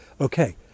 okay